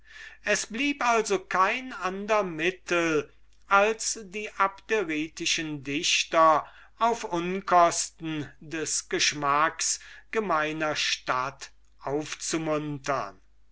es blieb also kein ander mittel als die abderitischen dichter auf unkosten des geschmacks gemeiner stadt aufzumuntern